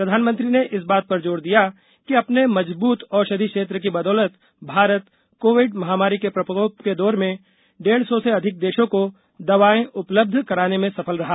प्रधानमंत्री ने इस बात पर जोर दिया कि अपने मज़बूत औषधि क्षेत्र की बदौलत भारत कोविड महामारी के प्रकोप के दौर में डेढ़ सौ से अधिक देशों को दवाएं उपलब्ध कराने में सफल रहा